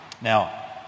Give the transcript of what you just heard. Now